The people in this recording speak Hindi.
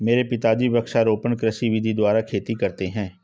मेरे पिताजी वृक्षारोपण कृषि विधि द्वारा खेती करते हैं